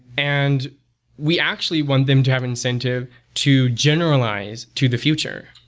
and we actually want them to have incentive to generalize to the future.